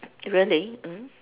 really mm